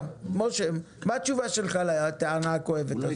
משה, מה התשובה שלך לטענה הכואבת הזאת?